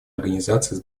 организацией